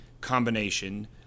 combination